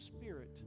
Spirit